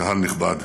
קהל נכבד.